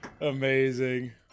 amazing